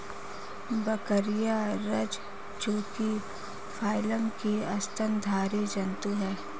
बकरियाँ रज्जुकी फाइलम की स्तनधारी जन्तु है